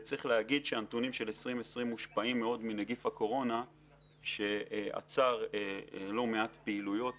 הנתונים של 2020 מושפעים מאוד מנגיף הקורונה שעצר לא מעט פעילויות